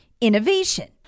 innovation